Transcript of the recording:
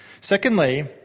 Secondly